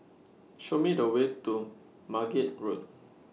Show Me The Way to Margate Road